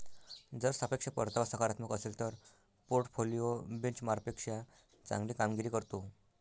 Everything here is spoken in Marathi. जर सापेक्ष परतावा सकारात्मक असेल तर पोर्टफोलिओ बेंचमार्कपेक्षा चांगली कामगिरी करतो